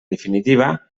definitiva